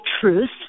truth